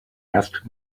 asked